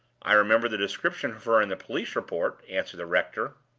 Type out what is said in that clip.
i remember the description of her in the police report, answered the rector.